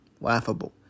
Laughable